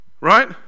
Right